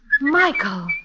Michael